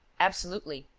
absolutely.